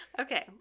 Okay